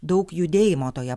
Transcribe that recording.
daug judėjimo toje